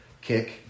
kick